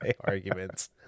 arguments